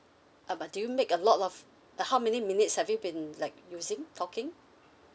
ah but do you make a lot of like how many minutes have you been like using talking